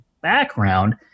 background